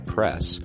Press